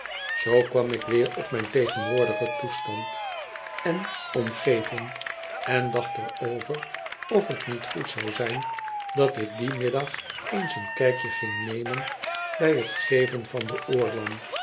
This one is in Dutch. zoo kwam ik weer op mijn tegenwoordigen toestand en omgeving en dacht er over of het niet goed zou zijn dat ik dien middag eens een kijkje ging nemen bij het geven van de oorlam